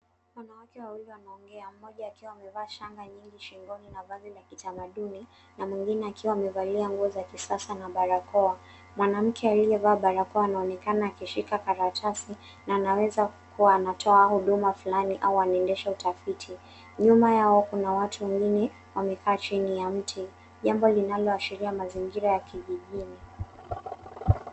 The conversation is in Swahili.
Wanawake wawili wanaongea mmoja akiwa amevaa shanga nyingi shingoni na vazi la kitamaduni na mwingine akiwa amevalia nguo za kisasa na barakoa mwanamke aliyavaa barakoa anaonekana akishika karatasi na anaweza kuwa anatoa huduma flani au anaendesha utafiti. Nyuma yao kuna watu wengine wamekaa chini ya mti jambo linaloashiria mazingira ya kijijini.